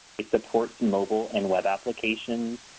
it supports mobile and web applications,